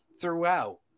throughout